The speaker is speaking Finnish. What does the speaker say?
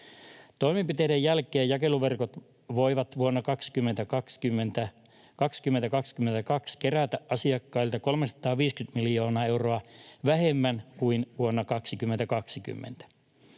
Toimenpiteiden jälkeen jakeluverkot voivat vuonna 2022 kerätä asiakkailta 350 miljoonaa euroa vähemmän kuin vuonna 2020.